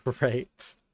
Right